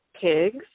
pigs